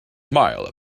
smile